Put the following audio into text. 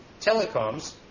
telecoms